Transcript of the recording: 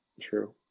True